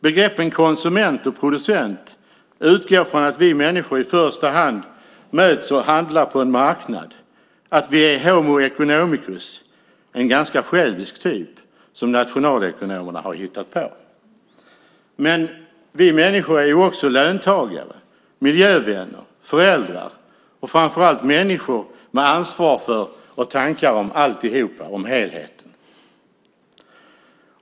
Begreppen konsument och producent utgår från att vi människor i första hand möts och handlar på en marknad, att vi är homo economikus , en ganska självisk typ som nationalekonomerna har hittat på. Men vi människor är också löntagare, miljövänner, föräldrar och framför allt människor med ansvar för och tankar om alltihop, om helheten.